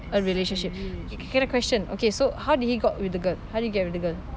a relationship okay a question okay so how did he got with the girl how did he get with the girl